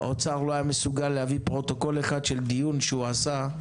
האוצר לא היה מסוגל להביא פרוטוקול אחד של דיון שעשה,